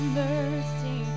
mercy